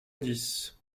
dix